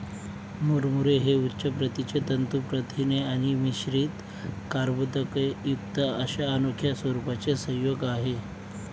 मुरमुरे हे उच्च प्रतीचे तंतू प्रथिने आणि मिश्रित कर्बोदकेयुक्त अशा अनोख्या स्वरूपाचे संयोग आहे